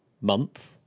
month